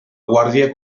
guàrdia